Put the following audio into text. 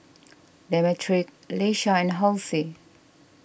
Demetric Iesha and Halsey